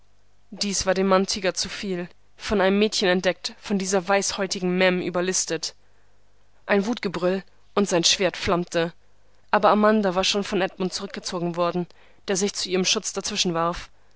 dies war dem mann tiger zu viel von einem mädchen entdeckt von dieser weißhäutigen mem überlistet ein wutgebrüll und sein schwert flammte aber amanda war schon von edmund zurückgezogen worden der sich zu ihrem schutz dazwischen warf